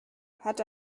hat